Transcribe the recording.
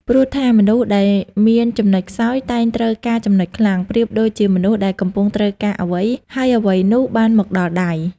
ព្រោះថា មនុស្សដែលមានចំណុចខ្សោយតែងត្រូវការចំណុចខ្លាំង ប្រៀបដូចជាមនុស្សដែលកំពុងត្រូវការអ្វី ហើយអ្វីនោះបានមកដល់ដៃ ។